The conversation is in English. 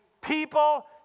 people